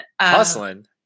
hustling